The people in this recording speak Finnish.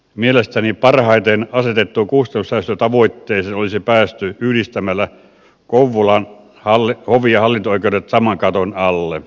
mielestäni asetettuun kustannussäästötavoitteeseen olisi päästy parhaiten yhdistämällä kouvolan hovi ja hallinto oikeudet saman katon alle